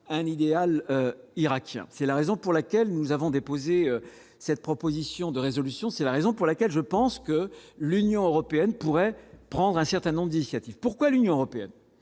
un idéal irakien, c'est la raison pour laquelle nous avons déposé cette proposition de résolution, c'est la raison pour laquelle je pense que l'Union européenne pourrait prendre un certain nombre d'initiatives, pourquoi l'Union européenne